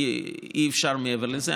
ואי-אפשר מעבר לזה.